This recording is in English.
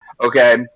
okay